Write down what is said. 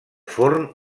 forn